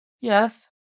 Yes